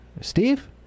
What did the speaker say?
Steve